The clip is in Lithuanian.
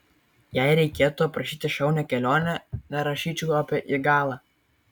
jei reikėtų aprašyti šaunią kelionę nerašyčiau apie igalą